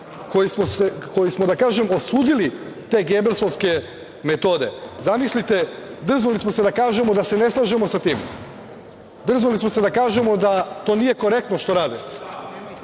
koji smo, da kažem, osudili te gebelsovske metode. Zamislite, drznuli smo se da kažemo da se ne slažemo sa tim. Drznuli smo se da kažemo da to nije korektno što rade.